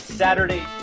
Saturday